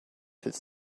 his